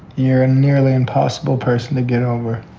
you're a nearly impossible person to get over